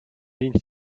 ligne